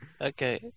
okay